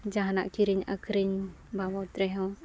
ᱡᱟᱦᱟᱱᱟᱜ ᱠᱤᱨᱤᱧ ᱟᱹᱠᱷᱨᱤᱧ ᱵᱟᱵᱚᱛ ᱨᱮᱦᱚᱸ